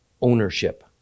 ownership